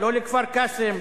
לא לכפר-קאסם,